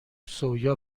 سویا